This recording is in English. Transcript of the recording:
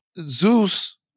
Zeus